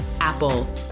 Apple